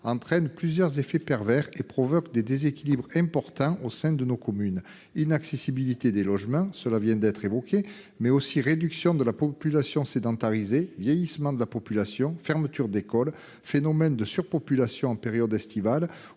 entraîne plusieurs effets pervers et provoque des déséquilibres importants au sein de nos communes : inaccessibilité des logements, réduction de la population sédentarisée, vieillissement de la population, fermetures d'école, phénomènes de surpopulation en période estivale